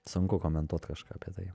sunku komentuot kažką apie tai